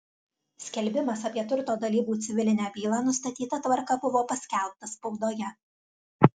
skelbimas apie turto dalybų civilinę bylą nustatyta tvarka buvo paskelbtas spaudoje